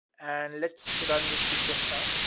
and let's run the sequence now.